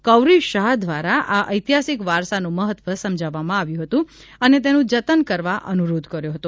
કૌરવી શાહ દ્વારા આ ઐતિહાસિક વારસાનું મહત્વ સમજાવવામાં આવ્યું હતું અને તેનું જતન કરવા અનુરોધ કર્યો હતો